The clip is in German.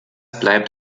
bleibt